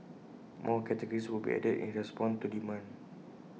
more categories will be added in respond to demand